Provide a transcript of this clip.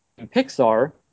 Pixar